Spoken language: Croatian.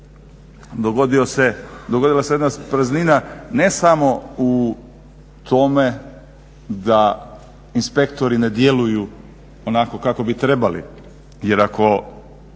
dogodila se jedna praznina ne samo u tome da inspektori ne djeluju onako kako bi trebali, jer ako